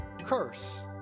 curse